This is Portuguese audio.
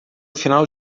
final